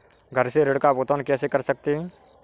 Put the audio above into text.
घर से ऋण का भुगतान कैसे कर सकते हैं?